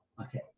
okay